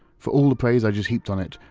for all the praise i just heaped on it,